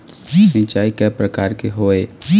सिचाई कय प्रकार के होये?